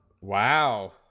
Wow